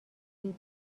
فیبی